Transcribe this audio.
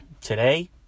today